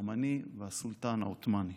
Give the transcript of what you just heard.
הגרמני והסולטאן העות'מאני